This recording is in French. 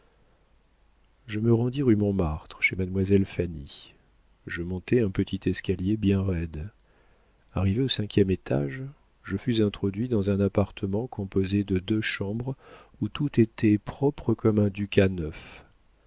je me rendis rue montmartre chez mademoiselle fanny je montai un petit escalier bien roide arrivé au cinquième étage je fus introduit dans un appartement composé de deux chambres où tout était propre comme un ducat neuf